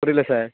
புரியல சார்